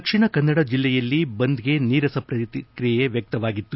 ದಕ್ಷಿಣ ಕನ್ನಡ ಜಿಲ್ಲೆಯಲ್ಲಿ ಬಂದ್ಗೆ ನೀರಸ ಪ್ರಕ್ರಿಯೆ ವ್ಯಕ್ಷವಾಗಿತ್ತು